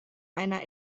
einer